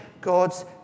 God's